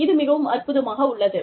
இது மிகவும் அற்புதமாக உள்ளது